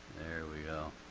there we are.